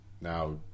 Now